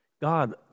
God